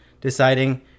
deciding